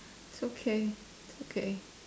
it's okay okay